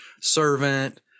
Servant